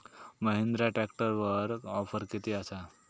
महिंद्रा ट्रॅकटरवर ऑफर किती आसा?